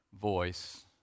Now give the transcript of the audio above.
voice